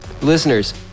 listeners